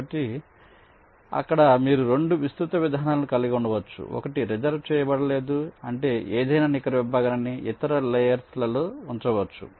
కాబట్టి అక్కడ మీరు 2 విస్తృత విధానాలను కలిగి ఉండవచ్చు ఒకటి రిజర్వ్ చేయబడలేదు అంటే ఏదైనా నికర విభాగాన్ని ఇతర లేయర్స్ లలో ఉంచవచ్చు